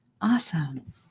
awesome